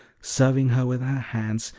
serving her with her hands,